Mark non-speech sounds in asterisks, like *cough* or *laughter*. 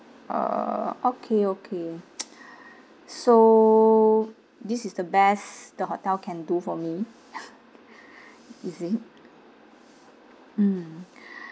uh okay okay *noise* so this is the best the hotel can do for me *laughs* is it mm